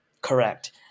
correct